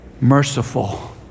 merciful